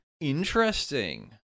Interesting